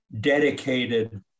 dedicated